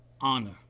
honor